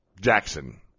Jackson